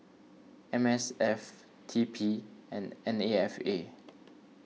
M S F T P and N A F A